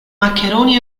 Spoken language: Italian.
maccheroni